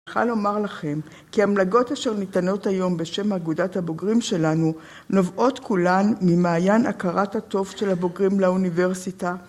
אני יכולה לומר לכם, כי המלגות אשר ניתנות היום בשם אגודת הבוגרים שלנו, נובעות כולן ממעיין הכרת הטוב של הבוגרים לאוניברסיטה.